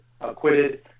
acquitted